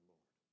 Lord